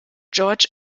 george